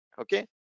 Okay